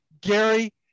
Gary